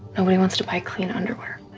nobody wants to buy clean underwear.